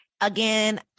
Again